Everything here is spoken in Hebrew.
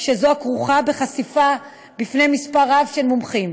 כזאת הכרוכה בחשיפה למספר רב של מומחים.